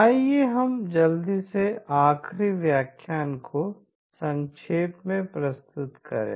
आइए हम जल्दी से आखिरी व्याख्यान को संक्षेप में प्रस्तुत करें